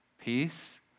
peace